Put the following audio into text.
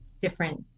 different